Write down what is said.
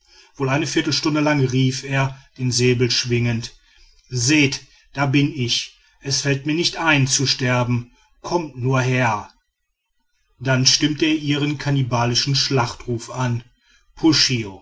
wohl eine viertelstunde lang rief er den säbel schwingend seht da bin ich es fällt mir nicht ein zu sterben kommt nur heran dann stimmte er ihren kannibalischen schlachtruf an puschio